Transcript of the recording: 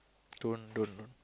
don't don't don't